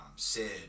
Sid